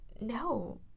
No